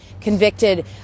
convicted